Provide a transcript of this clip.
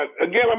again